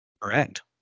Correct